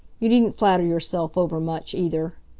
you needn't flatter yourself overmuch, either.